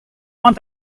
want